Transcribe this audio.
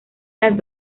las